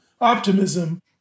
optimism